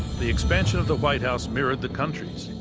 the expansion of the white house mirrored the country's,